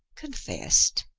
confessed!